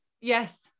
Yes